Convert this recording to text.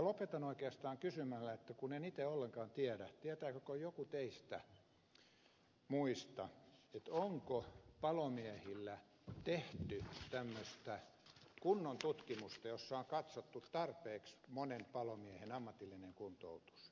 lopetan oikeastaan kysymällä kun en itse ollenkaan tiedä tietääkö joku teistä muista onko palomiehillä tehty tämmöistä kunnon tutkimusta jossa on katsottu tarpeeksi monen palomiehen ammatillinen kuntoutus